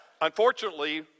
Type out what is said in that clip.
Unfortunately